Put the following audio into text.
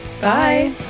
Bye